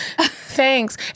Thanks